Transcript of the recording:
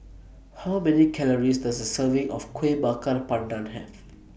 How Many Calories Does A Serving of Kueh Bakar Pandan Have